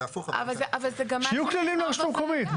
יהיו כללים לרשות המקומית.